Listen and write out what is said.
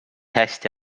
hästi